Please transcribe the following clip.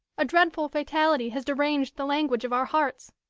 a dreadful fatality has deranged the language of our hearts.